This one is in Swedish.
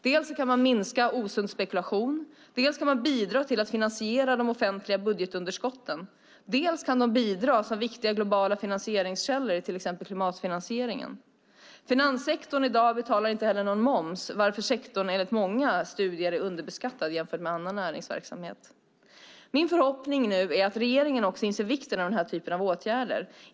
Dels kan man minska osund spekulation, dels kan man bidra till att finansiera de offentliga budgetunderskotten, dels kan de bidra som viktiga globala finansieringskällor, till exempel klimatfinansieringen. Finanssektorn betalar i dag inte någon moms, varför sektorn enligt många studier är underbeskattad jämfört med annan näringsverksamhet. Min förhoppning är att regeringen inser vikten av den här typen av åtgärder.